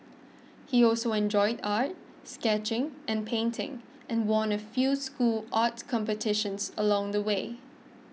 he also enjoyed art sketching and painting and won a few school art competitions along the way